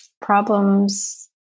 problems